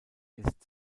ist